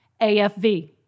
AFV